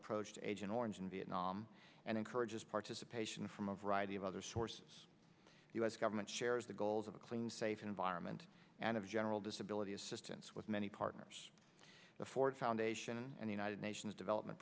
approach to agent orange in vietnam and encourages participation from a variety of other sources u s government shares the goals of a clean safe environment and of general disability assistance with many partners the ford foundation and the united nations development